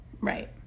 Right